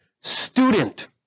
student